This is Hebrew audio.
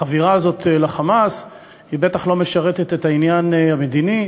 החבירה הזאת ל"חמאס" בטח לא משרתת את העניין המדיני,